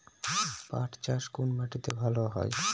পাট চাষ কোন মাটিতে ভালো হয়?